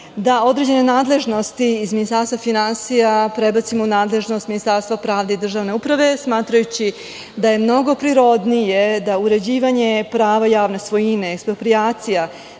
da određene nadležnosti iz Ministarstva finansija prebacimo u nadležnost Ministarstva pravde i državne uprave, smatrajući da je mnogo prirodnije da uređivanje prava javne svojine, eksproprijacija,